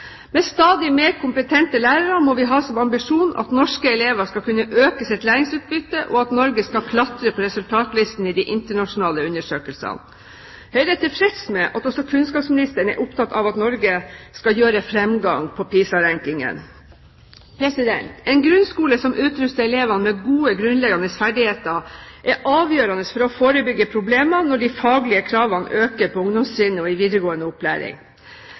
Med stadig mer kompetente lærere må vi ha som ambisjon at norske elever skal kunne øke sitt læringsutbytte, og at Norge skal klatre på resultatlistene i de internasjonale undersøkelsene. Høyre er tilfreds med at også kunnskapsministeren er opptatt av at Norge skal gjøre framgang på PISA-rankingen. En grunnskole som utruster elevene med gode, grunnleggende ferdigheter, er avgjørende for å forebygge problemer når de daglige kravene øker på ungdomstrinnet og i videregående opplæring.